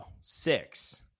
Six